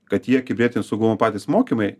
kad jie kibernetinio saugumo patys mokymai